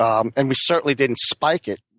um and we certainly didn't spike it.